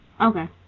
Okay